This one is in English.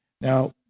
Now